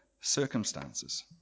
circumstances